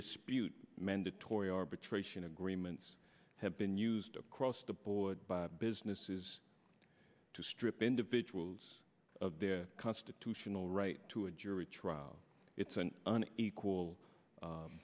disposed mandatory arbitration agreements have been used across the board by businesses to strip individuals of their constitutional right to a jury trial it's an equal